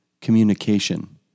communication